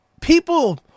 People